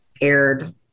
aired